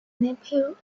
nephew